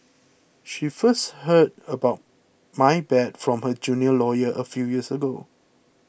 she first heard about my bad from her junior lawyer a few years ago